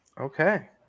Okay